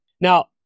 Now